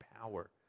power